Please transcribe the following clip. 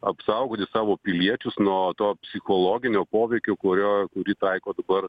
apsaugoti savo piliečius nuo to psichologinio poveikio kurio kurį taiko dabar